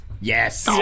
Yes